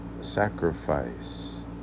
sacrifice